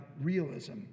realism